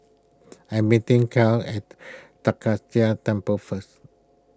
I am meeting Caryn at Tai Kak Seah Temple first